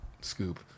scoop